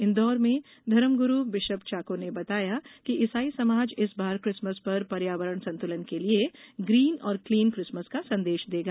इंदौर में धर्मगुरु बिषप चाको ने बताया कि ईसाई समाज इस बार क्रिसमस पर पर्यावरण संतुलन के लिए ग्रीन और क्लीन क्रिसमस का संदेश देगा